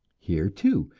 here, too,